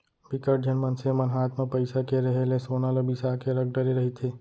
बिकट झन मनसे मन हात म पइसा के रेहे ले सोना ल बिसा के रख डरे रहिथे